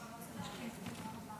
תודה רבה,